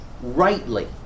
rightly